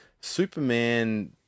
Superman